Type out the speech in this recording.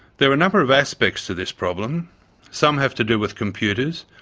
there are a number of aspects to this problem some have to do with computers,